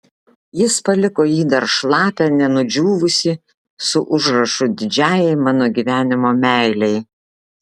jis paliko jį dar šlapią nenudžiūvusį su užrašu didžiajai mano gyvenimo meilei